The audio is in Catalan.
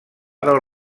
del